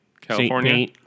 California